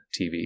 TV